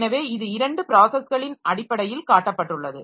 எனவே இது இரண்டு ப்ராஸஸ்களின் அடிப்படையில் காட்டப்பட்டுள்ளது